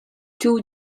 two